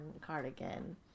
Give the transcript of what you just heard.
cardigan